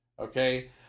okay